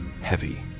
heavy